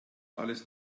alles